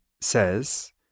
says